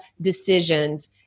decisions